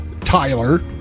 Tyler